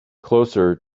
closer